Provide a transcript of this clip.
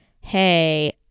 hey